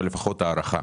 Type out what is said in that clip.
אבל לפחות הערכה.